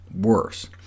worse